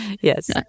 Yes